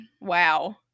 wow